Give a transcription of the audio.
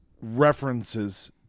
references